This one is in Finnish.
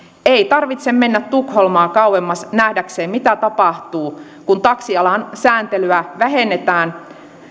ei tarvitse mennä tukholmaa kauemmas nähdäkseen mitä tapahtuu kun taksialan sääntelyä vähennetään